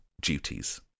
duties